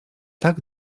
tak